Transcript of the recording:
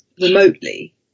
remotely